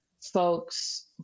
folks